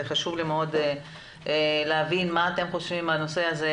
חשוב לי מאוד להבין מה אתם חושבים בנושא הזה,